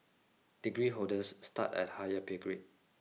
degree holders start at higher pay grade